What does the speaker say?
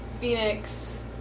Phoenix